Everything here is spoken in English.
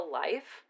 life